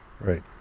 right